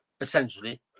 essentially